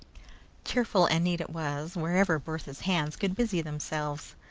cheerful and neat it was, wherever bertha's hands could busy themselves.